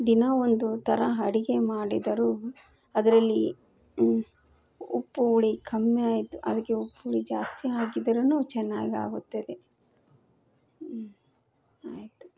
ದಿನಾ ಒಂದು ಥರ ಅಡುಗೆ ಮಾಡಿದರೂ ಅದರಲ್ಲಿ ಉಪ್ಪು ಹುಳಿ ಕಮ್ಮಿ ಆಯಿತು ಅದಕ್ಕೆ ಉಪ್ಪು ಹುಳಿ ಜಾಸ್ತಿ ಹಾಕಿದರೂನೂ ಚೆನ್ನಾಗಾಗುತ್ತದೆ ಆಯಿತು